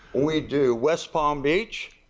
we do west palm beach.